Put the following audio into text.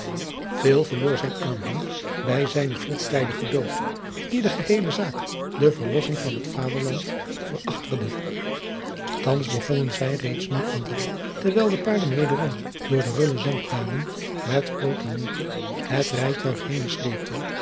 verloor zijn aanhang bij zijnen vroegtijdigen dood die de geheele zaak den verlossing van het vaderland verchaterde thans begonnen zij reeds nu en dan terwijl de paarden weder door de rulle zanddninen met groote moeite het rijtuig henen sleepten